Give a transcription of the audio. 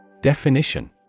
Definition